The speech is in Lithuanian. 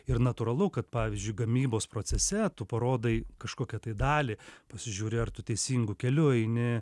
ir natūralu kad pavyzdžiui gamybos procese tu parodai kažkokią tai dalį pasižiūri ar tu teisingu keliu eini